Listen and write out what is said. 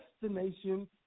destination